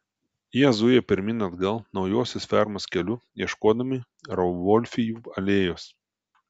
jie zuja pirmyn atgal naujosios fermos keliu ieškodami rauvolfijų alėjos